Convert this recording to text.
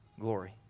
glory